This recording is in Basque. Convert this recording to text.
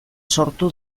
sortu